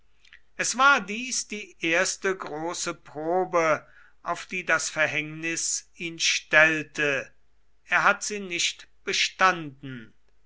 es war dies die erste große probe auf die das verhängnis ihn stellte er hat sie nicht bestanden